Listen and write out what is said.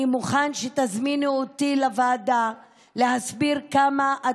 אני מוכן שתזמיני אותי לוועדה להסביר כמה את